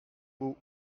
beau